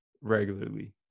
regularly